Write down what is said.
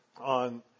on